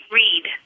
read